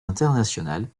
internationale